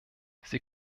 sie